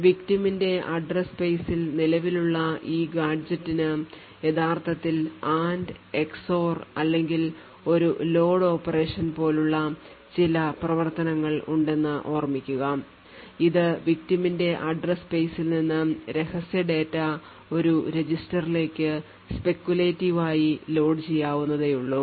Victim ന്റെ address space ൽ നിലവിലുള്ള ഈ ഗാഡ്ജെറ്റിന് യഥാർത്ഥത്തിൽ AND XOR അല്ലെങ്കിൽ ഒരു ലോഡ് ഓപ്പറേഷൻ പോലുള്ള ചില പ്രവർത്തനങ്ങൾ ഉണ്ടെന്ന് ഓർമ്മിക്കുക അത് Victim ന്റെ address space ൽ നിന്ന് രഹസ്യ ഡാറ്റ ഒരു രജിസ്റ്ററിലേക്ക് speculative ആയി load ചെയ്യാവുന്നതേയുള്ളൂ